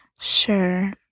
Sure